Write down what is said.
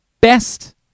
best